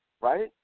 right